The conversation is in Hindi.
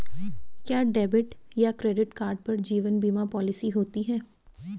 क्या डेबिट या क्रेडिट कार्ड पर जीवन बीमा पॉलिसी होती है?